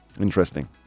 Interesting